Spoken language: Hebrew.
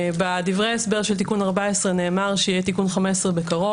בדברי ההסבר של תיקון 14 נאמר שיהיה תיקון 15 בקרוב,